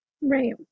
Right